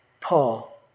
Paul